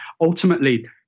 Ultimately